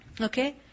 okay